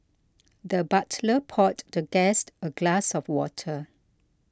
the butler poured the guest a glass of water